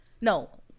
No